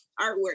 artwork